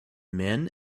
men